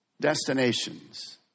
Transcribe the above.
destinations